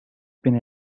bine